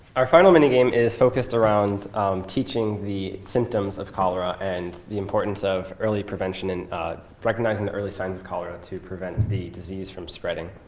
our final minigame is focused around teaching the symptoms of cholera and the importance of early prevention and recognizing the early signs of cholera to prevent the disease from spreading.